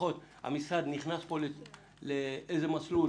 לפחות המשרד נכנס פה לאיזה מסלול